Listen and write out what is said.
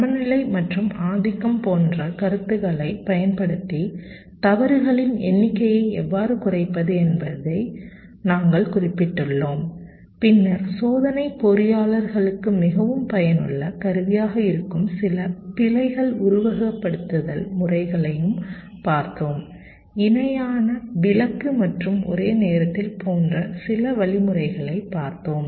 சமநிலை மற்றும் ஆதிக்கம் போன்ற கருத்துக்களை பயன்படுத்தி தவறுகளின் எண்ணிக்கையை எவ்வாறு குறைப்பது என்பதை நாங்கள் குறிப்பிட்டுள்ளோம் பின்னர் சோதனை பொறியாளர்களுக்கு மிகவும் பயனுள்ள கருவியாக இருக்கும் சில பிழைகள் உருவகப்படுத்துதல் வழிமுறைகளைப் பார்த்தோம் இணையான விலக்கு மற்றும் ஒரே நேரத்தில் போன்ற சில வழிமுறைகளைப் பார்த்தோம்